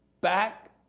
back